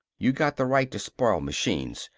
you got the right to spoil machines!